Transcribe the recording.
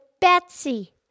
Betsy